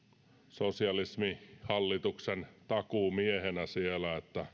sosialismihallituksen takuumiehenä siellä että